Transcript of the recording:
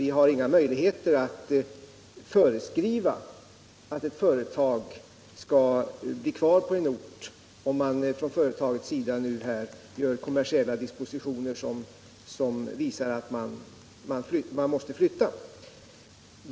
Vi har inga möjligheter att föreskriva att ett företag skall bli kvar på en ort, om man nu från företagets sida gör kommersiella dispositioner som visar att man måste flytta.